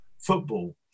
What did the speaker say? football